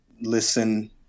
listen